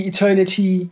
Eternity